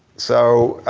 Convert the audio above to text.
so,